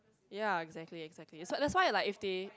ya exactly exactly so that's why like if they